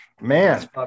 Man